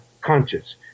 conscious